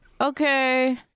Okay